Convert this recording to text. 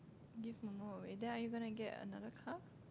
give momo away then are you gonna get another car